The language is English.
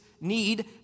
need